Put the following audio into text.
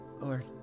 Lord